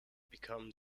become